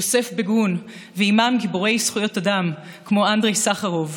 יוסף ביגון ועימם גיבורי זכויות אדם כמו אנדריי סחרוב,